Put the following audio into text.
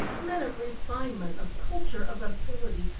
men of refinement, of culture, of ability,